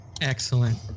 Excellent